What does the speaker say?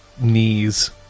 knees